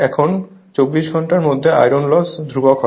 এখন 24 ঘন্টার মধ্যে আয়রন লস ধ্রুবক হয়